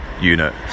unit